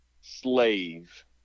slave